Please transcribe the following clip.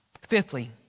Fifthly